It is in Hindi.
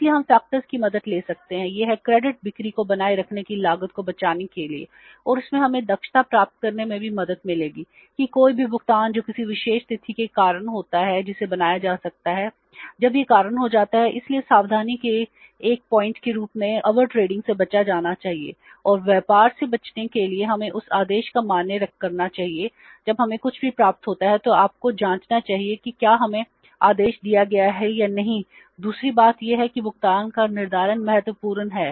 इसलिए हम कारकों से बचा जाना चाहिए और व्यापार से बचने के लिए हमें उस आदेश को मान्य करना चाहिए जब हमें कुछ भी प्राप्त होता है तो आपको जांचना चाहिए कि क्या हमें आदेश दिया गया है या नहीं दूसरी बात यह है कि भुगतान का निर्धारण महत्वपूर्ण है